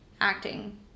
acting